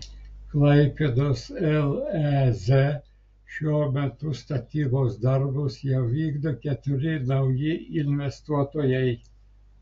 klaipėdos lez šiuo metu statybos darbus jau vykdo keturi nauji investuotojai